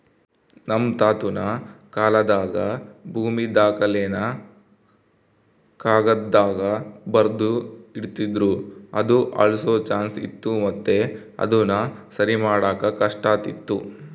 ನಮ್ ತಾತುನ ಕಾಲಾದಾಗ ಭೂಮಿ ದಾಖಲೆನ ಕಾಗದ್ದಾಗ ಬರ್ದು ಇಡ್ತಿದ್ರು ಅದು ಅಳ್ಸೋ ಚಾನ್ಸ್ ಇತ್ತು ಮತ್ತೆ ಅದುನ ಸರಿಮಾಡಾಕ ಕಷ್ಟಾತಿತ್ತು